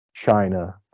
China